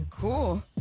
Cool